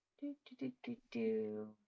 Do-do-do-do-do